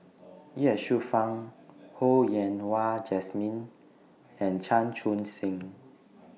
Ye Shufang Ho Yen Wah Jesmine and Chan Chun Sing